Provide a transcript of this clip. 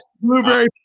Blueberry